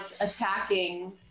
attacking